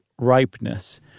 ripeness